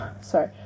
sorry